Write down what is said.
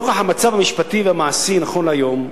נוכח המצב המשפטי והמעשי נכון להיום.